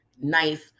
nice